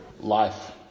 life